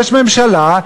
יש ממשלה,